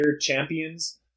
champions